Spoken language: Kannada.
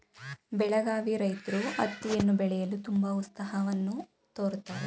ಬೆಳಗಾವಿ ರೈತ್ರು ಹತ್ತಿಯನ್ನು ಬೆಳೆಯಲು ತುಂಬಾ ಉತ್ಸಾಹವನ್ನು ತೋರುತ್ತಾರೆ